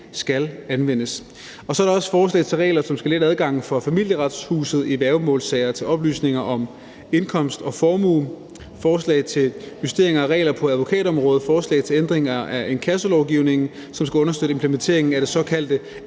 skal anvendes. Og så er der også forslag til regler, som skal lette adgangen for Familieretshuset i værgemålssager til oplysninger om indkomst og formue, forslag til justeringer af regler på advokatområdet, forslag til ændringer af inkassolovgivningen, som skal understøtte implementeringen af det såkaldte